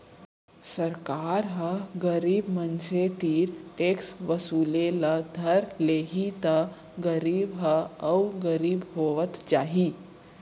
सरकार ह गरीब मनसे तीर टेक्स वसूले ल धर लेहि त गरीब ह अउ गरीब होवत जाही